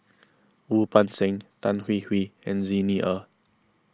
Wu Peng Seng Tan Hwee Hwee and Xi Ni Er